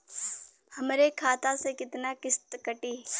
हमरे खाता से कितना किस्त कटी?